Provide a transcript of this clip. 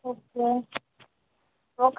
okay ఓ